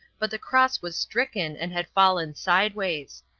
but the cross was stricken and had fallen sideways.